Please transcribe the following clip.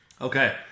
Okay